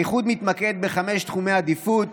האיחוד מתמקד בחמישה תחומי עדיפות